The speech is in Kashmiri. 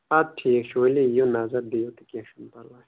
اَدٕ ٹھیٖک چھُ ؤلِو یِیِو نَظر دِیِو تہٕ کینٛہہ چھُنہٕ پَرواے